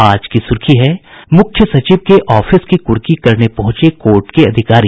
आज की सुर्खी है मुख्य सचिव के ऑफिस की कुर्की करने पहुंचे कोर्ट के अधिकारी